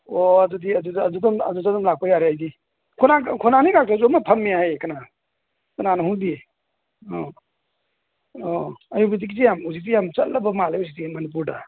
ꯑꯣ ꯑꯗꯨꯗ ꯑꯗꯨꯝ ꯂꯥꯛꯄ ꯌꯥꯔꯦ ꯑꯩꯗꯤ ꯈꯣꯡꯅꯥꯡ ꯑꯅꯤ ꯀꯥꯔꯛꯇꯁꯨ ꯑꯃ ꯐꯝꯃꯦ ꯍꯥꯏꯌꯦ ꯀꯅꯥ ꯀꯅꯥꯅꯣ ꯈꯪꯗꯤꯌꯦ ꯑꯥ ꯑꯥ ꯑꯌꯨꯔꯚꯦꯗꯤꯛꯀꯤꯁꯦ ꯌꯥꯝ ꯍꯧꯖꯤꯛꯇꯤ ꯌꯥꯝ ꯆꯠꯂꯕ ꯃꯥꯜꯂꯦ ꯍꯧꯖꯤꯛꯇꯤ ꯃꯅꯤꯄꯨꯔꯗ